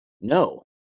No